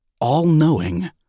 all-knowing